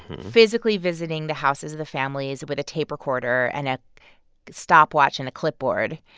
physically visiting the houses of the families with a tape recorder and a stopwatch and a clipboard,